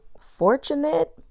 Fortunate